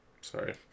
sorry